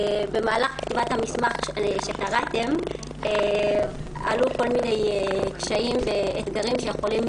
במהלך כתיבת המסמך שקראתם עלו כל מיני קשיים ואתגרים שיכולים